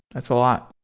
that's a lot.